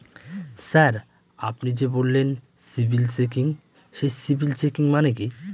Sir আপনি যে বললেন সিবিল চেকিং সেই সিবিল চেকিং মানে কি?